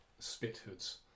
Spithoods